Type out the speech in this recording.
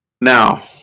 Now